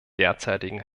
derzeitigen